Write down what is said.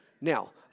Now